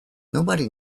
nobody